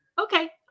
okay